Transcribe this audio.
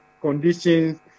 conditions